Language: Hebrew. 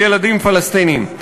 על ילדים פלסטינים.